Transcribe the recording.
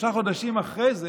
שלושה חודשים אחרי זה